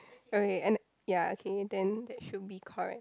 okay and ya okay and then that should be correct